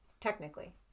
technically